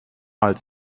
als